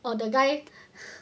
orh the guy